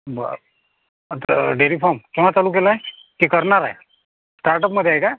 बरं असं dairy farm केव्हा चालू केलं आहे की करणार आहे स्टार्टअपमध्ये आहे का